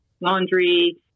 laundry